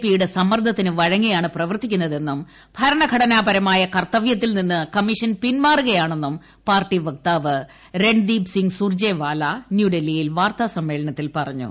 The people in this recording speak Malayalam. പി യൂടെ സമ്മർദ്ദത്തിന് വഴങ്ങിയാണ് പ്രവർത്തിക്കുന്നതെന്നും ഭരണഘടനാപരമായ കർത്തവൃത്തിൽ നിന്ന് കമ്മിഷൻ പിന്മാറുകയാണെന്നും പാർട്ടി വക്താവ് രൺദീപ് സിംഗ് സൂർജേവാല ന്യൂഡൽഹിയിൽ വാർത്താസമ്മേളനത്തിൽ പറഞ്ഞു